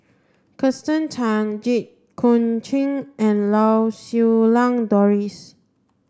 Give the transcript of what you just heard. Kirsten Tan Jit Koon Ch'ng and Lau Siew Lang Doris